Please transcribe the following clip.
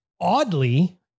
Oddly